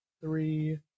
three